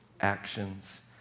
actions